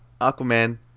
Aquaman